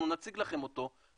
אנחנו נציג לכם אותו,